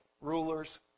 Rulers